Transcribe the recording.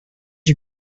you